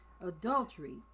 adultery